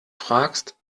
fragst